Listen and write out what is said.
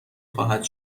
خواهد